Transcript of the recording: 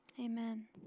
amen